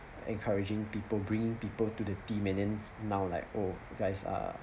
encouraging people bringing people to the team and then now like oh guys are